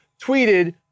tweeted